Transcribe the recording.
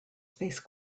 space